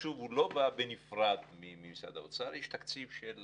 התקצוב לא בא בנפרד ממשרד האוצר אלא יש תקציב של